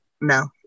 no